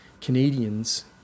Canadians